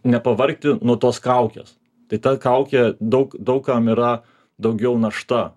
nepavargti nuo tos kaukės tai ta kaukė daug daug kam yra daugiau našta